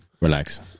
Relax